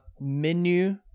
menu